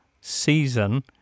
season